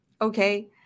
okay